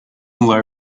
low